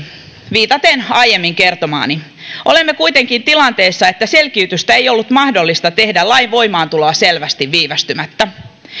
viitaten aiemmin kertomaani olemme kuitenkin tilanteessa että selkiytystä ei ollut mahdollista tehdä lain voimaantulon selvästi viivästymättä